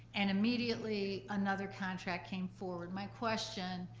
and immediately another contract came forward. my question,